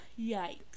Yikes